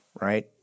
right